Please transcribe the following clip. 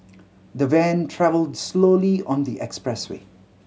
the van travelled slowly on the expressway